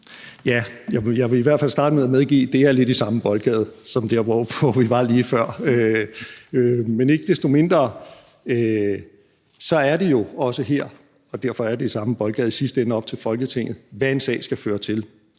Jeg vil i hvert fald starte med at medgive, at det er lidt i samme boldgade som dér, hvor vi var lige før. Men ikke desto mindre er det jo også her – og derfor er det i samme boldgade – i sidste ende op til Folketinget, hvad en sag skal føre til.